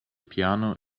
piano